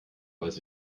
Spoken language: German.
weiß